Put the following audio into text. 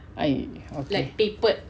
okay